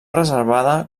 reservada